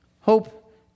Hope